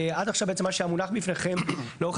עד עכשיו בעצם מה שהיה מונח בפניכם לאורך